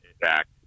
back